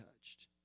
touched